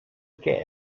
què